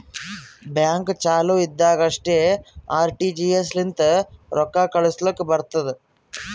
bank ಚಾಲು ಇದ್ದಾಗ್ ಅಷ್ಟೇ ಆರ್.ಟಿ.ಜಿ.ಎಸ್ ಲಿಂತ ರೊಕ್ಕಾ ಕಳುಸ್ಲಾಕ್ ಬರ್ತುದ್